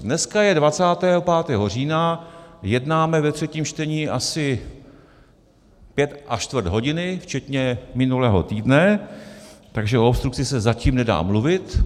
Dneska je 25. října, jednáme ve třetím čtení asi pět a čtvrt hodiny, včetně minulého týdne, takže o obstrukci se zatím nedá mluvit.